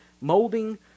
molding